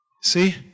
See